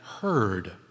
heard